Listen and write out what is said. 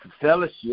fellowship